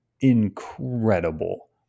incredible